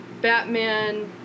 Batman